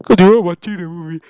cause you weren't watching the movie